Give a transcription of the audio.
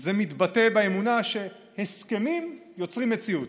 זה מתבטא באמונה שהסכמים יוצרים מציאות.